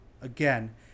Again